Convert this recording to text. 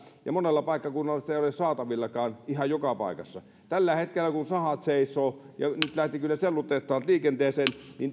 ja monella paikkakunnalla sitä ei ole saatavillakaan ihan joka paikassa tällä hetkellä kun sahat seisovat nyt lähtivät kyllä sellutehtaat liikenteeseen